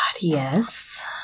yes